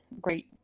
great